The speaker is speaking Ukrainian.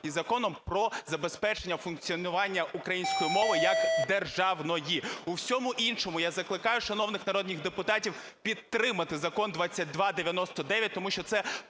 і Законом про забезпечення функціонування української мови як державної. У всьому іншому я закликаю шановних народних депутатів підтримати Закон 2299, тому що це